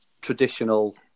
traditional